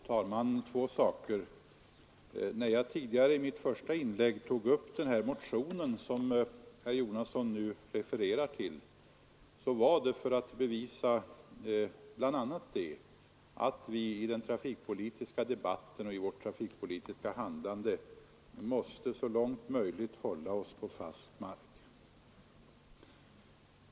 Fru talman! Två saker! När jag i mitt första inlägg tog upp den motion som herr Jonasson nu talat om, skedde det bl.a. för att bevisa att vi i den trafikpolitiska debatten och i vårt trafikpolitiska handlande måste så långt det är möjligt hålla oss på fast mark.